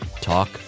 Talk